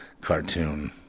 cartoon